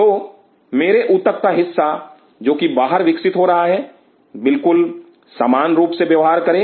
तो मेरे ऊतक का हिस्सा जो की बाहर विकसित हो रहा है बिल्कुल समान रूप से व्यवहार करे